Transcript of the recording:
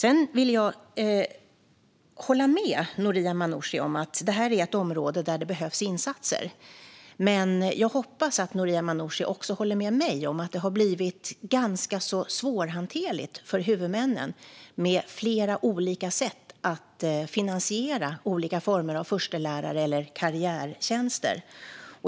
Jag vill hålla med Noria Manouchi om att det här är ett område där det behövs insatser, men jag hoppas att Noria Manouchi också håller med mig om att det har blivit ganska svårhanterligt för huvudmännen med flera olika sätt att finansiera olika former av förstelärar eller karriärtjänster.